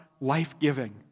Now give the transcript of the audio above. life-giving